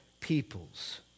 peoples